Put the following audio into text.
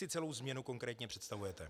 Jak si celou změnu konkrétně představujete?